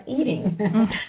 eating